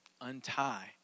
untie